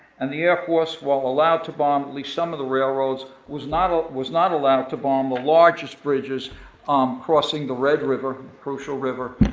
and the air force while allowed to bomb at least some of the railroads, was not ah was not allowed to bomb the largest bridges um crossing the red river, crucial river,